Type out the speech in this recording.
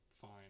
fine